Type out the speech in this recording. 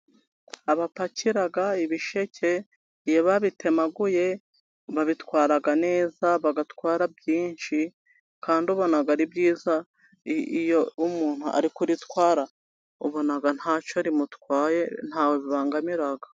Abapakira ibisheke iyobabitemaguye, babitwara neza bagatwara byinshi, kandi ubona ari byiza, iyo umuntu ari kuritwara ubona ntacyo rimutwaye, ntawe bibangamira.